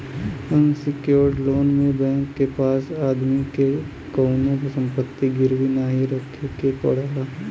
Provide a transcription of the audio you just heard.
unsecured loan में bank के पास आदमी के कउनो संपत्ति गिरवी नाहीं रखे के पड़ला